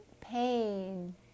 pain